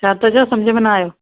छा था चओ सम्झि में न आहियो